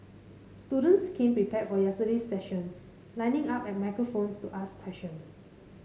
students came prepared for yesterday's session lining up at microphones to ask questions